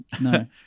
No